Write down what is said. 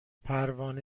پروانه